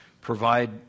provide